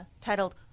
titled